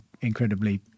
incredibly